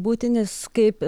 būti nes kaip